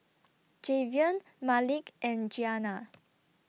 Javion Malik and Giana